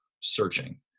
searching